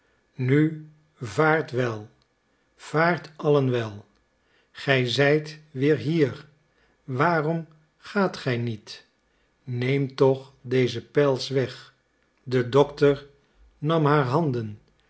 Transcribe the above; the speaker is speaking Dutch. nu vaartwel vaart allen wel gij zijt weer hier waarom gaat gij niet neem toch dezen pels weg de dokter nam haar handen